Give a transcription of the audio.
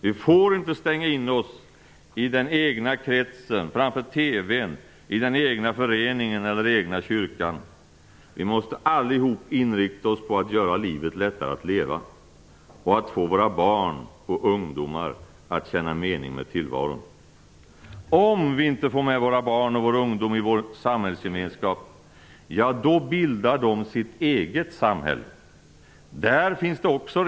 Vi får inte stänga in oss i den egna kretsen, framför TV:n, i den egna föreningen eller egna kyrkan. Vi måste allihop inrikta oss på att göra livet lättare att leva, att få våra barn och ungdomar att känna mening med tillvaron. Om vi inte får med våra barn och vår ungdom i vår samhällsgemenskap, bildar de sitt eget samhälle. Också där finns det regler.